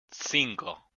cinco